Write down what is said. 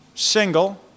single